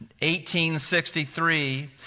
1863